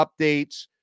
updates